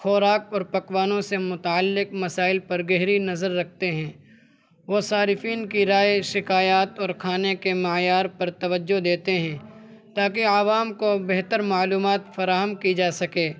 خوراک اور پکوانوں سے متعلق مسائل پر گہری نظر رکھتے ہیں وہ صارفین کی رائے شکایات اور کھانے کے معیار پر توجہ دیتے ہیں تاکہ عوام کو بہتر معلومات فراہم کی جا سکے